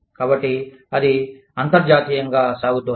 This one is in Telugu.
కాబట్టి అది అంతర్జాతీయంగా సాగుతోంది